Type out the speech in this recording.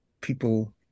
people